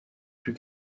plus